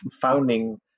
founding